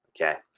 okay